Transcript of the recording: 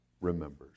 remembers